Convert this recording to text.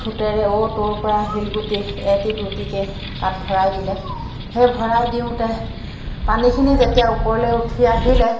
ঠোঁটেৰে ঔৰ তৌৰ পৰা শিলগুটি এটি দুটিকৈ তাত ভৰাই দিলে সেই ভৰাই দিওঁতে পানীখিনি যেতিয়া ওপৰলৈ উঠি আহিলে